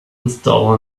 install